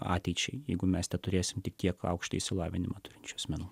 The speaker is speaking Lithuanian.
ateičiai jeigu mes neturėsime tiek aukštą išsilavinimą turinčių asmenų